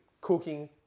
cooking